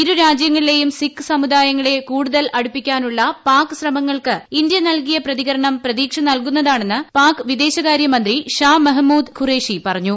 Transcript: ഇരു രാജ്യങ്ങളിലെയും സിഖ്സമുദായങ്ങളെ കൂടുതൽ അടുപ്പിക്കാനുള്ള പാക് ശ്രമങ്ങൾക്ക് ഇന്ത്യ നൽകിയ പ്രതികരണം പ്രതീക്ഷ നൽകുന്നതാണെന്ന് പാക് വിദേശകാര്യമന്ത്രി ഷാ മെഹ്മുദ് ഖുറേഷി പറഞ്ഞു